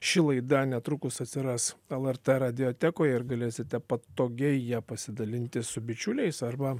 ši laida netrukus atsiras lrt radiotekoje ir galėsite patogiai ja pasidalinti su bičiuliais arba